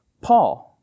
Paul